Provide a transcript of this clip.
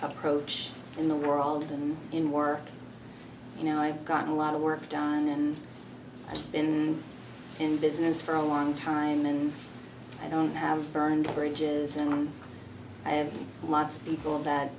approach in the world and in work you know i got a lot of work done and been in business for a long time and i don't have burned bridges and i have lots of people that